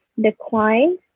decline